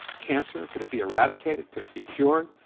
cancer, could it be eradicated? could it be cured?